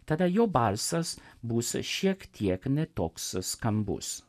tada jo balsas bus šiek tiek ne toks skambus